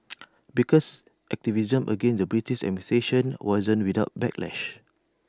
baker's activism against the British administration wasn't without backlash